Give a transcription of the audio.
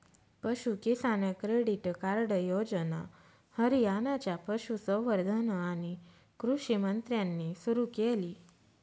पशु किसान credit card योजना हरियाणाच्या पशुसंवर्धन आणि कृषी मंत्र्यांनी सुरू केली